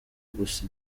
gusa